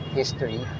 history